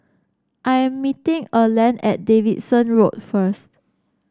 I am meeting Erland at Davidson Road first